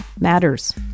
matters